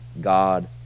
God